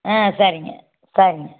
ஆ சரிங்க சரிங்க